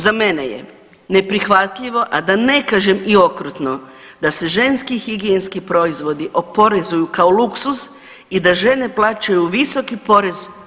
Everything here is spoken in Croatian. Za mene je neprihvatljivo, a da ne kažem i okrutno da se ženski higijenski proizvodi oporezuju kao luksuz i da žene plaćaju visoki porez.